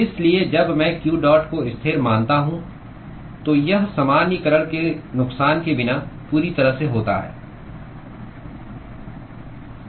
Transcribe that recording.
इसलिए जब मैं q डॉट को स्थिर मानता हूं तो यह सामान्यीकरण के नुकसान के बिना पूरी तरह से होता है